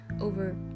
over